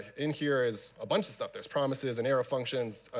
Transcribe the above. in here is a bunch of stuff. there's promises and error functions,